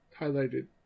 highlighted